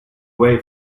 way